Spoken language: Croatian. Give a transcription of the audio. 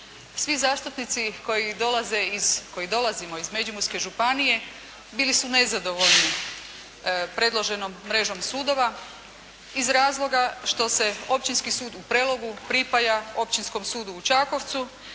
koji dolaze, koji dolazimo iz Međimurske županije, bili su nezadovoljni predloženom mrežom sudova iz razloga što se Općinski sud u Prelogu pripaja Općinskom sudu u Čakovcu